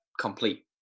complete